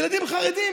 ילדים חרדים.